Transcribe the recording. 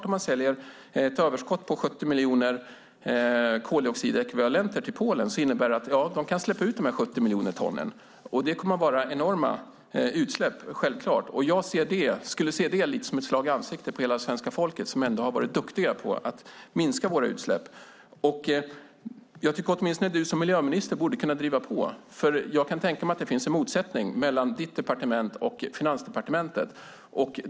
Om man säljer överskottet på 70 miljoner koldioxidekvivalenter till Polen innebär det att de kan släppa ut dessa 70 miljoner ton. Det är enorma utsläpp. Jag skulle se det lite som ett slag i ansiktet på hela svenska folket som ändå varit duktigt med att minska våra utsläpp. Åtminstone du som miljöminister borde kunna driva på. Jag kan tänka mig att det finns en motsättning mellan ditt departement och Finansdepartementet.